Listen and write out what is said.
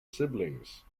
siblings